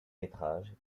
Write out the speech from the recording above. métrages